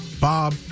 Bob